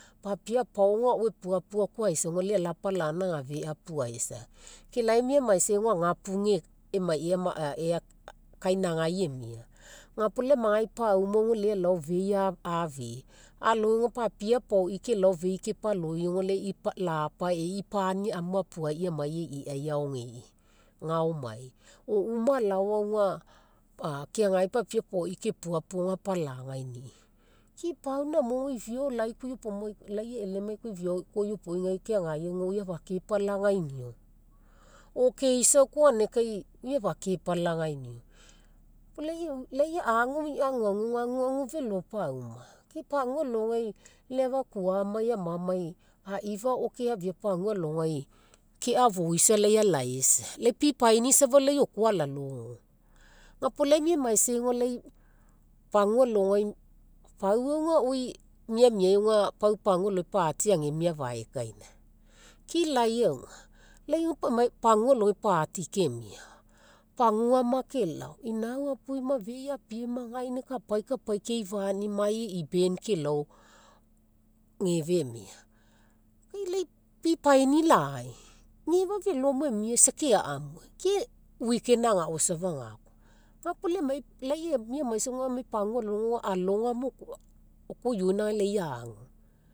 Papie apaoga ao epuapua koa aisa auga lai alao apalagaina ega fea apuaisa. Ke lai miamaisai auga agapuge lai emai ea kainagai emia, puo lai amagai pauma alao fei afii, alogo papie apaoi kelao fei kepaloloi auga lai lapa e'i pani amu apuai amai e'i e'ai aogei ga aomai or uma alao auga keagai papie kepuapua auga apalagainii. Ke pau namo iviao lai koa iopomai, lai eelelamai iviaoi koa iopoi gae keagai oi afakepalagainio or keisao koa ganinagai kai oi afakepalagainio. Ga puo lai agu aguaguga auga felo pauma, ke pagua alogai, lai afakuamai amami aifa ao keafia pagua loagai, keafoisa lai alaisa lai pipaini safa oko alalogo gapo lai miamaisai auga lai pagua alogai pau auga oi miamiai auga pau party agemia afaekaina. Ke lai auga lai auga pau emai party kemia, paguama kelao inaubui ma fei apie ma gaina kapai kapai keifani mai e'i band kelao, gefa emia. Kai lai pipaini lai gefa felo mo emia isa keamue, ke weekend agao safa ga koa ga puo lai miamaisai auga amai pagua alogai auga alogama oko ioina lai agu.